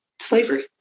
slavery